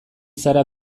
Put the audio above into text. zara